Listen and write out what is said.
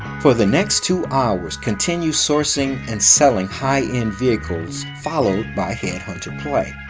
for the next two hours continue sourcing and selling high-end vehicles followed by headhunter play.